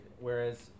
whereas